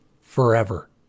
forever